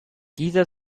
dieser